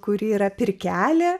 kurį yra pirkelė